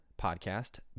podcast